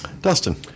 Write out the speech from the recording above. Dustin